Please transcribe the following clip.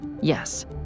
yes